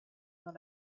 dans